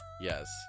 yes